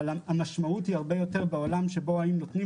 אבל המשמעות היא הרבה יותר בעולם שבו אנחנו נותנים